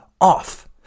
off